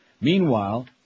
Meanwhile